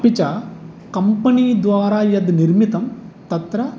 अपि च कम्पनि द्वारा यद् निर्मितं तत्र